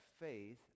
faith